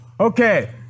Okay